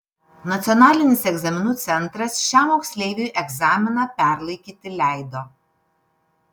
nacionalinis egzaminų centras šiam moksleiviui egzaminą perlaikyti leido